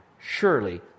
surely